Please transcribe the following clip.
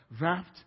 wrapped